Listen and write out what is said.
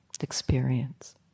experience